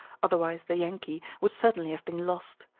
otherwise the yankee would certainly have been lost.